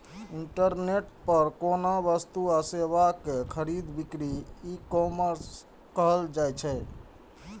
internet पर कोनो वस्तु आ सेवा के खरीद बिक्री ईकॉमर्स कहल जाइ छै